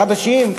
חדשים,